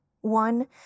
one